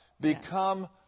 become